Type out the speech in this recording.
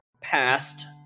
past